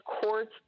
Court's